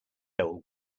old